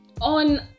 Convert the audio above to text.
on